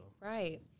Right